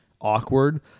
awkward